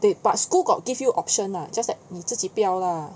对 but school got give you option ah but just that 你自己不要 lah